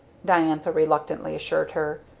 diantha reluctantly assured her.